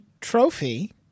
Trophy